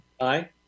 Aye